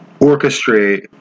orchestrate